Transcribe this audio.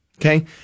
Okay